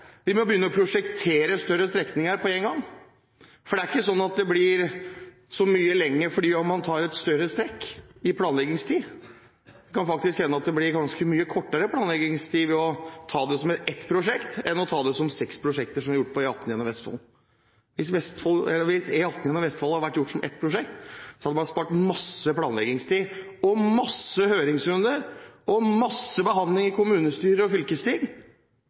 vi begynne å bygge større. Vi må begynne å prosjektere større strekninger på en gang, for det er ikke sånn at det blir så mye lengre planleggingstid fordi man tar et større strekk. Det kan faktisk hende at det blir ganske mye kortere planleggingstid ved å ta det som ett prosjekt enn å ta det som seks prosjekter, som vi har gjort på E18 gjennom Vestfold. Hvis E18 gjennom Vestfold hadde vært gjort som ett prosjekt, hadde man spart masse planleggingstid, masse høringsrunder og masse behandlinger i kommunestyrer og fylkesting,